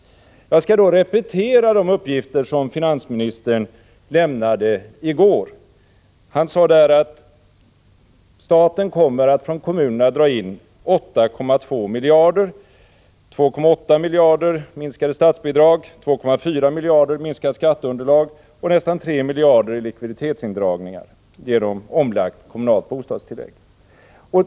Jag skall repetera de uppgifter som finansministern lämnade i går. Han sade då att staten kommer att från kommunerna dra in 8,2 miljarder — 2,8 miljarder i minskade statsbidrag, 2,4 miljarder i minskat skatteunderlag och nästan 3 miljarder i likviditetsindragningar genom omlagt kommunalt bostadstillägg.